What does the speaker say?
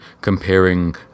comparing